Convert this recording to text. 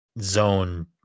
zone